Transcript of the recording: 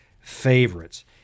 favorites